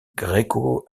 gréco